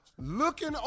looking